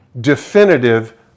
definitive